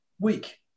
week